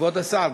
כבוד השר,